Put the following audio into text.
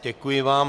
Děkuji vám.